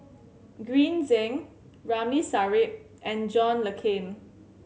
Green Zeng Ramli Sarip and John Le Cain